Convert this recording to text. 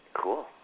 Cool